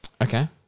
okay